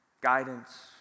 guidance